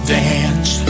dance